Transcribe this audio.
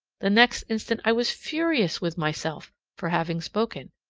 the next instant i was furious with myself for having spoken,